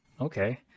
Okay